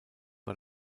war